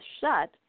shut